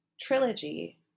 trilogy